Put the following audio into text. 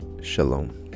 Shalom